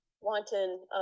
Wanton